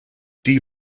die